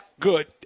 Good